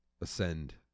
ascend